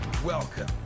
Welcome